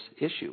issue